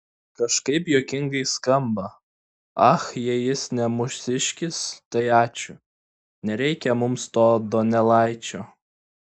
kažkaip juokingai skamba ach jei jis ne mūsiškis tai ačiū nereikia mums to donelaičio